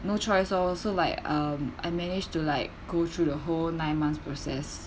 no choice oh so like um I managed to like go through the whole nine months process